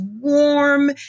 warm